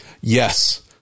Yes